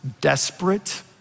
desperate